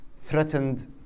threatened